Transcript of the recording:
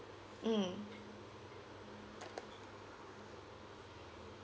mm